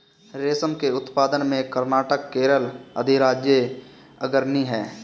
रेशम के उत्पादन में कर्नाटक केरल अधिराज्य अग्रणी है